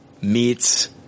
meets